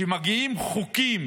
שמגיעים חוקים